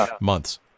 months